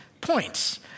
points